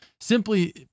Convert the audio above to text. simply